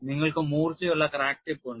നിങ്ങൾക്ക് മൂർച്ചയുള്ള crack tip ഉണ്ട്